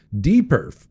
Deeper